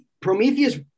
Prometheus